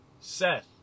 Seth